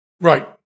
right